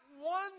one